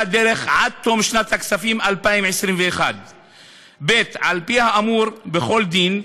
דרך עד תום שנת הכספים 2021. על פי האמור בכל דין,